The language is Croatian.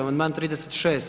Amandman 36.